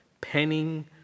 penning